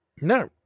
No